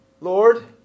Lord